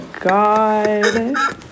god